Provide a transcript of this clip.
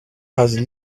has